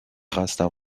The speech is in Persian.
خواستم